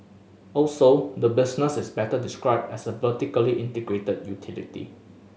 also the business is better described as a vertically integrated utility